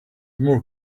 more